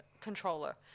controller